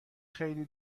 خیلی